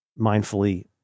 mindfully